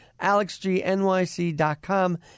AlexGNYC.com